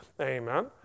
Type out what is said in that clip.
Amen